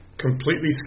Completely